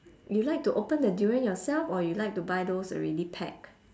you like to open the durian yourself or you like to buy those already packed